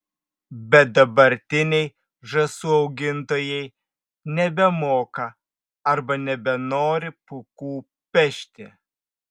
bet dabartiniai žąsų augintojai nebemoka arba nebenori pūkų pešti